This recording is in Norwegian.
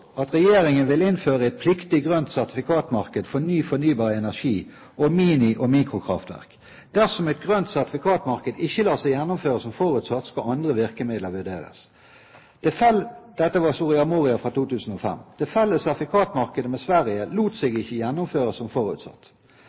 at regjeringen vil «innføre et pliktig grønt sertifikatmarked for ny fornybar energi og mini- og mikrokraftverk. Dersom et grønt sertifikatmarked ikke lar seg gjennomføre som forutsatt, skal andre virkemidler vurderes». Dette er altså fra Soria Moria fra 2005. Det felles sertifikatmarkedet med Sverige lot seg ikke gjennomføre som forutsatt.